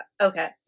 Okay